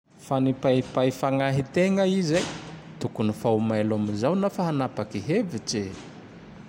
Fa nipaipay Fanahitegna i zay; tokony ho mailo amizao nao fa hanapaky hevitse.